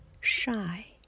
shy